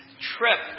trip